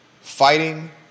fighting